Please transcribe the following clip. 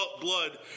blood